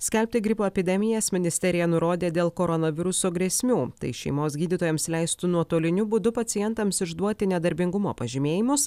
skelbti gripo epidemijas ministerija nurodė dėl koronaviruso grėsmių tai šeimos gydytojams leistų nuotoliniu būdu pacientams išduoti nedarbingumo pažymėjimus